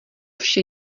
vše